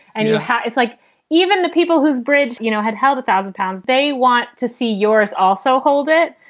and, you know, it's like even the people whose bread, you know, had held a thousand pounds, they want to see yours also. hold it.